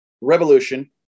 Revolution